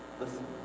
listen